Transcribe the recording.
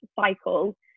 cycle